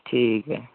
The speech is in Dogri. ठीक ऐ